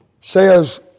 says